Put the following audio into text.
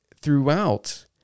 throughout